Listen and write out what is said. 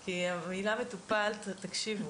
כי במילה "מטופל", תקשיבו,